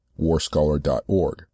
warscholar.org